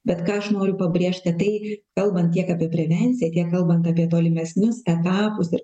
bet ką aš noriu pabrėžt kad tai kalbant tiek apie prevenciją tiek kalbant apie tolimesnius etapus ir